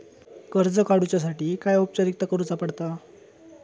कर्ज काडुच्यासाठी काय औपचारिकता करुचा पडता?